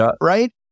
right